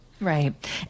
Right